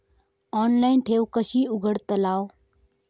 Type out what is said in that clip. Online ठेव कशी उघडतलाव?